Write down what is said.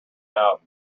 out